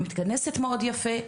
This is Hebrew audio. היא מתכנסת מאוד יפה,